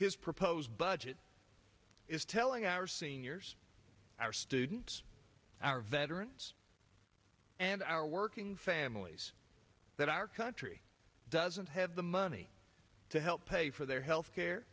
his proposed budget is telling our seniors our students our veterans and our working families that our country doesn't have the money to help pay for their health care